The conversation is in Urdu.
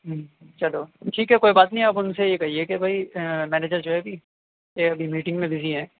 ہوں چلو ٹھیک ہے کوئی بات نہیں آپ ان سے یہ کہیے کہ بھئی مینیجر جو ہے ابھی یہ ابھی میٹنگ میں بزی ہیں